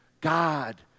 God